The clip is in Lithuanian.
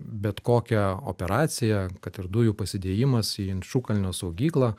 bet kokią operaciją kad ir dujų pasidėjimas į inčukalnio saugyklą